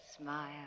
Smile